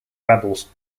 rebels